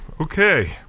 Okay